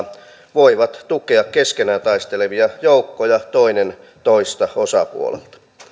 voivat tukea keskenään taistelevia joukkoja toinen toista